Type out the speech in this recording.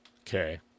Okay